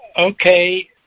okay